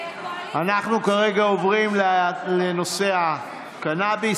כרגע עוברים לנושא הקנביס,